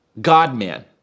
God-man